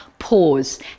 pause